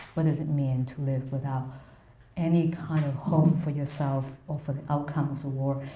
what does it mean to live without any kind of hope for yourself or for the outcomes of war?